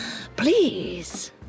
Please